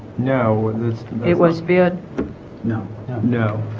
no it was good no no